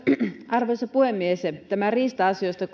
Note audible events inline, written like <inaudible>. arvoisa puhemies tämä riista asioita <unintelligible>